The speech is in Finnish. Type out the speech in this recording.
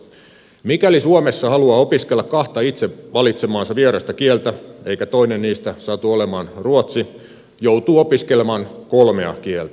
mikäli suomessa haluaa opiskella kahta itse valitsemaansa vierasta kieltä eikä toinen niistä satu olemaan ruotsi joutuu opiskelemaan kolmea kieltä